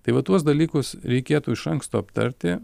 tai va tuos dalykus reikėtų iš anksto aptarti